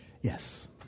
Yes